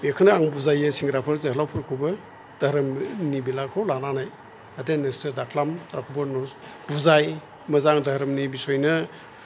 बेखौनो आं बुजायो सेंग्राफोर जोहोलावफोरखौबो दोहोरोमनि बेलाखौ लानानै जाहाथे नोंसोर दाखाला रावखौबो बुजाय मोजां दोहोरोमनि बिसयनो